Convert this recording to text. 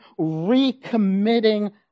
recommitting